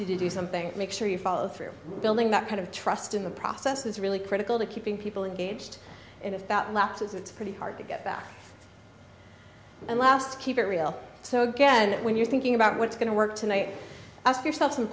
you to do something make sure you follow through building that kind of trust in the process is really critical to keeping people in gauged and if that lapses it's pretty hard to get back and last keep it real so again when you're thinking about what's going to work tonight ask yourself